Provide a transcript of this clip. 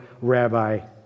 rabbi